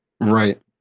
Right